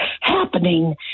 happening